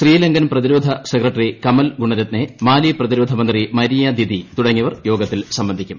ശ്രീലങ്കൻ പ്രതിരോധ സെക്രട്ടറി കമൽ ഗുണരത്നെ മാലി പ്രതിരോധ മന്ത്രി മരിയ ദിതി തുടങ്ങിയവർ യോഗത്തിൽ സംബന്ധിക്കും